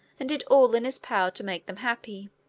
and did all in his power to make them happy.